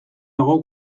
dago